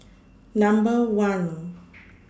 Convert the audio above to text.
Number one